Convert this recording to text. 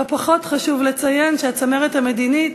לא פחות חשוב לציין שהצמרת המדינית,